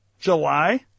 July